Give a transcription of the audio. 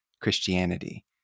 Christianity